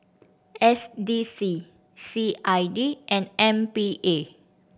S D C C I D and M P A